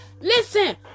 Listen